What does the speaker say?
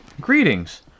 Greetings